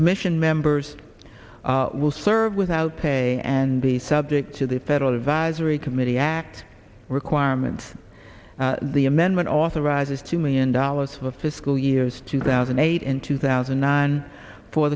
commission members will serve without pay and the subject to the federal advisory committee act requirement the amendment authorizes two million dollars for the fiscal years two thousand and eight and two thousand and nine for